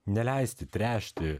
neleisti tręšti